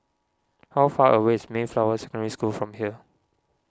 how far away is Mayflower Secondary School from here